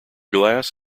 glass